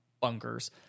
bunkers